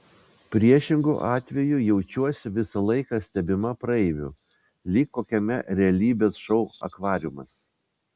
priešingu atveju jaučiuosi visą laiką stebima praeivių lyg kokiame realybės šou akvariumas